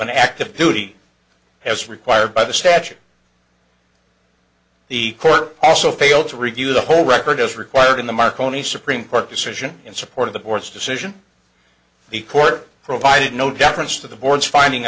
an active duty as required by the statute the court also failed to review the whole record as required in the marconi supreme court decision in support of the board's decision the court provided no deference to the board's finding